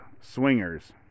Swingers